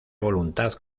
voluntad